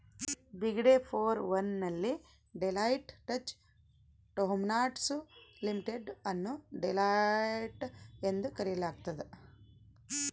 ಬಿಗ್ಡೆ four one ನಲ್ಲಿ Deloitte Touche Tohmatsu limited ಅನ್ನು Deloitte ಎಂದು ಕರೆಯಲಾಗ್ತದ